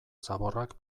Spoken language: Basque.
zaborrak